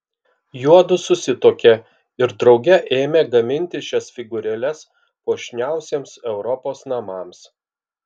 juodu susituokė ir drauge ėmė gaminti šias figūrėles puošniausiems europos namams